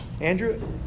Andrew